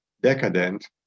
decadent